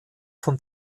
von